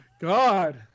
God